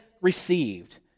received